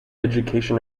education